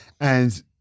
And-